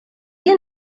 you